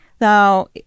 Now